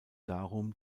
darum